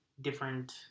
different